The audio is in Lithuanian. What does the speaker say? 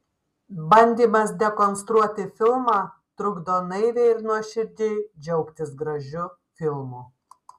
bandymas dekonstruoti filmą trukdo naiviai ir nuoširdžiai džiaugtis gražiu filmu